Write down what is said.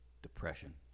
Depression